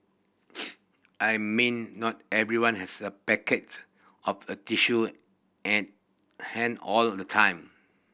I mean not everyone has a packet of a tissue at hand all of the time